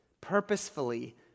purposefully